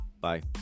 Bye